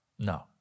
No